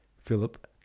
Philip